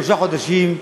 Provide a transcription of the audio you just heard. שלושה חודשים,